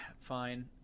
Fine